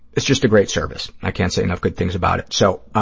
it's just a great service. i can't say and good things about it. so,